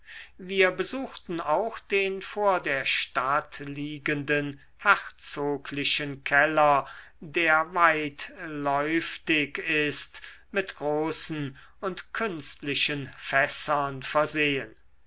wir besuchten auch den vor der stadt liegenden herzoglichen keller der weitläuftig ist mit großen und künstlichen fässern versehen